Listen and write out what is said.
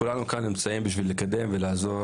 כולנו כאן נמצאים בשביל לקדם ולעזור